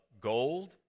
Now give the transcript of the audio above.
gold